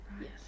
Yes